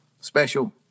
special